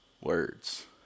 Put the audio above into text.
words